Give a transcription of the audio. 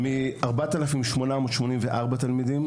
מ-4,844 תלמידים,